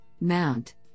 Mount